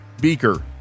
beaker